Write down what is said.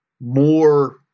more